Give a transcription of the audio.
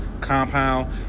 Compound